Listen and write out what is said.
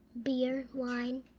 beer, wine,